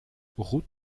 route